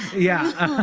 yeah.